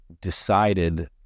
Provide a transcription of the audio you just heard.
decided